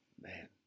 man